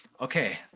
okay